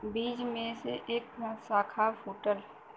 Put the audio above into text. बीज में से एक साखा फूटला